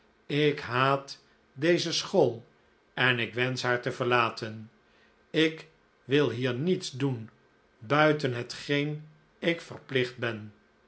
ik haat deze school en ik wensch haar te verlaten ik wil hier niets doen buiten hetgeen ik verplicht ben